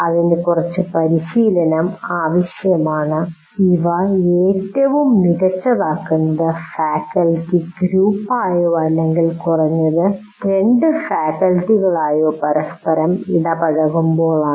ഇതിന് കുറച്ച് പരിശീലനം ആവശ്യമാണ് ഇവ ഏറ്റവും മികച്ചത് ആകുന്നത് ഫാക്കൽറ്റി ഗ്രൂപ്പായോ അല്ലെങ്കിൽ കുറഞ്ഞത് 2 ഫാക്കൽറ്റികളായോ പരസ്പരം ഇടപഴകുമ്പോഴാണ്